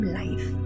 life